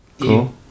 Cool